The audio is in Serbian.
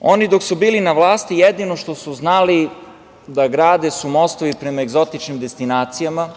Oni dok su bili na vlasti jedino što su znali da grade su mostovi prema egzotičnim destinacijama,